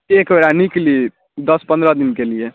एकबेरा निकली दस पनरह दिनके लिए